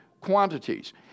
quantities